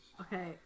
okay